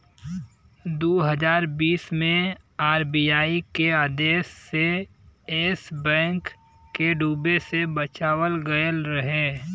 दू हज़ार बीस मे आर.बी.आई के आदेश से येस बैंक के डूबे से बचावल गएल रहे